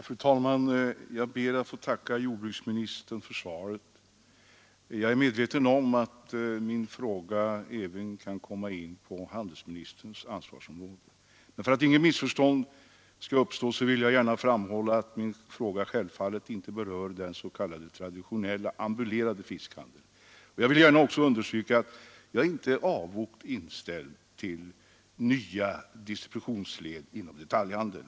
Fru talman! Jag ber att få tacka jordbruksministern för svaret på min enkla fråga. Jag är medveten om att min fråga även kan beröra handelsministerns ansvarsområde. För att inget missförstånd skall uppstå vill jag framhålla att min fråga självfallet inte berör den s.k. traditionella ambulerande fiskhandeln. Jag vill gärna också understryka att jag inte är avogt inställd till nya distributionsled inom detaljhandeln.